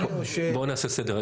בוא נעשה סדר.